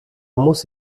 muss